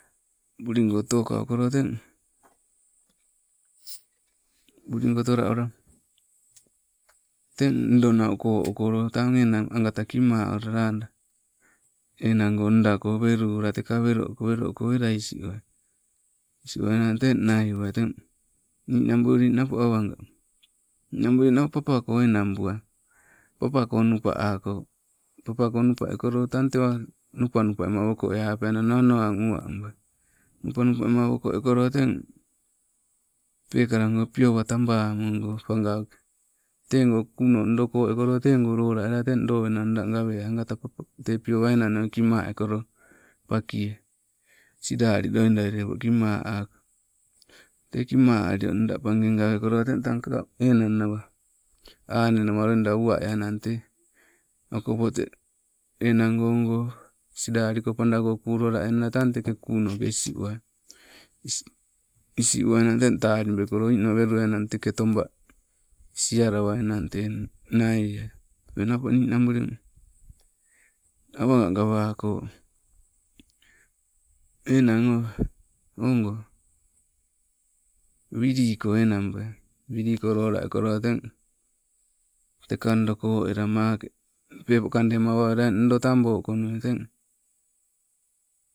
Bulingo tokaukolo teng, bulingo tokaukolo, teng bulingo tola ula ndoo nau ko ukolo tang enang agata kima ula lada enango ndaa welu ula teka welo uku, welo uku wela isi uwai. Isi owainang teng nai uwai teng ninabuli napo awaga. Ninabuli napo papako enong buai, nopa ako, papako nopa ekolo tang teewa, nopa nopa ema woko eai apeai ano ang uwa abai. Nopa nopa ema woko ekolo teng pekalago piowa tabamogo pagauke. Tego kuno ndo ko ekolo tego lola ela teng lowena nda gaweai te piowa enang nauke kima ekolo, pakie siali loida lepo kima ako. Te kima alio nda page gawe kolo teng tang, enang nawa ana na wa uwa enangg tei okopo te enanggo ogo silaliko padako kulu ena tang teke kunoke isi owai. Isiowainang teng talibekolo ni no welu eanang teke toba sialawainang te nai eai. Napo ninabuling awaga gawako, enang o ogo wiliko enang beai, wiliko lola ekolo teng, teka ndoo ko ela maake peepo kande mo ela awa owela eng ndoo tambo konui teng